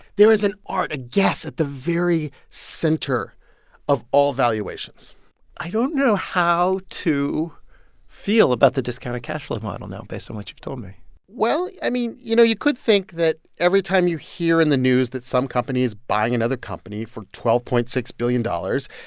there is an art, a guess at the very center of all valuations i don't know how to feel about the discounted cash flow model now based on what you've told me well, i mean, you know, you could think that every time you hear in the news that some company is buying another company for twelve point six billion dollars,